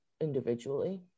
individually